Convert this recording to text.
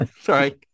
sorry